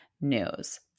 News